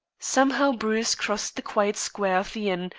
somehow bruce crossed the quiet square of the inn,